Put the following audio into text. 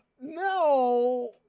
No